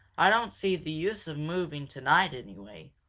i don't see the use of moving tonight, anyway.